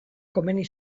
komeni